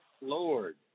Lord